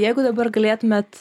jeigu dabar galėtumėt